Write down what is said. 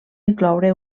incloure